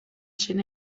zen